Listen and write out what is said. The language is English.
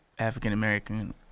african-american